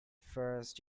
first